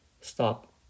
stop